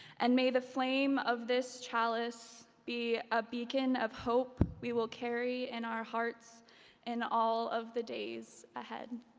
and may the flame of this chalice be a beacon of hope we will carry in and our hearts in all of the days ahead.